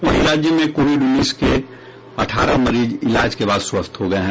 वहीं राज्य में कोविड उन्नीस के अठारह मरीज इलाज के बाद स्वस्थ हो गये हैं